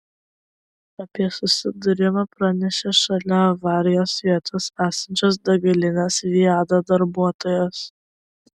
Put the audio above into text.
apie susidūrimą pranešė šalia avarijos vietos esančios degalinės viada darbuotojas